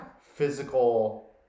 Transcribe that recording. physical